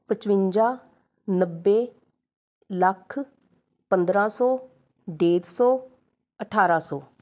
ਪਚਵੰਜਾ ਨੱਬੇ ਲੱਖ ਪੰਦਰਾਂ ਸੌ ਡੇਢ ਸੌ ਅਠਾਰ੍ਹਾਂ ਸੌ